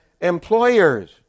employers